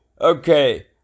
Okay